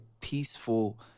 peaceful